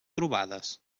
trobades